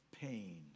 pain